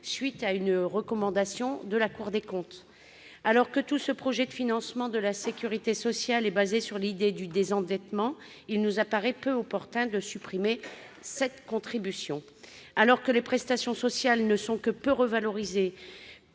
suite d'une recommandation de la Cour des comptes. Puisque tout ce projet de financement de la sécurité sociale est fondé sur l'idée de désendettement, il nous paraît peu opportun de supprimer cette contribution. Alors que les prestations sociales ne sont que peu revalorisées,